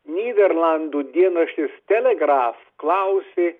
nyderlandų dienraštis telegraf klausė